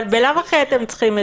אבל בלאו הכי אתם צריכים את זה.